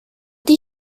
this